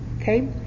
Okay